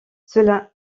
cela